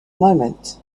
moment